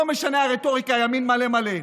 לא משנה הרטוריקה ימין מלא מלא,